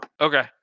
Okay